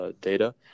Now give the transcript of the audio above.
data